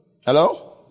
Hello